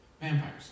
Vampires